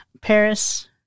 Paris